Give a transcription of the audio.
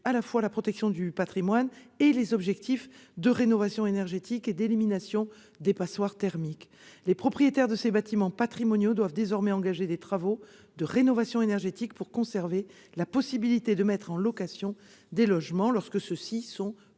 concilier la protection du patrimoine et les objectifs de rénovation énergétique et d'élimination des passoires thermiques. Les propriétaires de ces bâtiments patrimoniaux doivent désormais engager des travaux de rénovation énergétique pour conserver la possibilité de mettre en location des logements lorsque ceux-ci sont peu